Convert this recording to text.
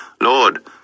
Lord